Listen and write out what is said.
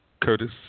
Curtis